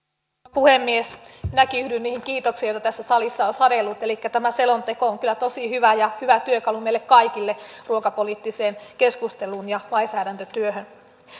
puhemies minäkin yhdyn niihin kiitoksiin joita tässä salissa on sadellut elikkä tämä selonteko on kyllä tosi hyvä ja hyvä työkalu meille kaikille ruokapoliittiseen keskusteluun ja lainsäädäntötyöhön